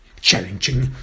challenging